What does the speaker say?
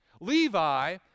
Levi